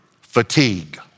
fatigue